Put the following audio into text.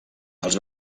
els